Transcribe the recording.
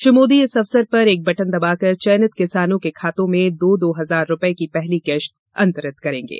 श्री मोदी इस अवसर पर एक बटन दबाकर चयनित किसानों के खाते में दो दो हजार रूपए की पहली किश्त अंतरित करेंगे